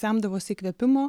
semdavosi įkvėpimo